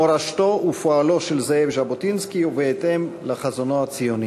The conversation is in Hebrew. מורשתו ופועלו של זאב ז'בוטינסקי ובהתאם לחזונו הציוני.